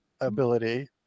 ability